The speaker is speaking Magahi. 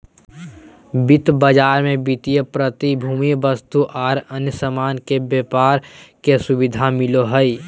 वित्त बाजार मे वित्तीय प्रतिभूति, वस्तु आर अन्य सामान के व्यापार के सुविधा मिलो हय